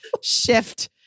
shift